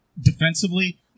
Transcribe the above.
defensively